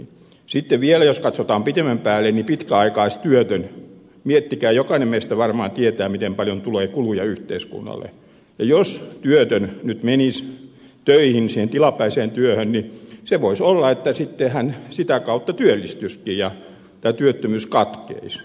sitten vielä jos katsotaan pidemmän päälle niin jos pitkäaikaistyötön miettikää jokainen meistä varmaan tietää miten paljon tulee kuluja yhteiskunnalle menisi töihin siihen tilapäiseen työhön niin voisi olla että sitten hän sitä kautta työllistyisikin ja tämä työttömyys katkeaisi